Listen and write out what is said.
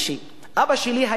אבא שלי היה קצב,